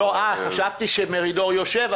אה, חשבתי שמרידור יושב.